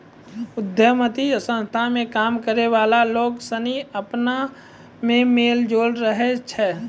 उद्यमिता संस्था मे काम करै वाला लोग सनी अपना मे मेल जोल से रहै छै